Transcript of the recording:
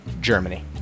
Germany